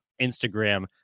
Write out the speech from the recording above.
Instagram